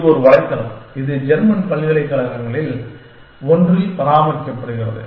இது ஒரு வலைத்தளம் இது ஜெர்மன் பல்கலைக்கழகங்களில் ஒன்றில் பராமரிக்கப்படுகிறது